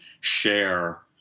share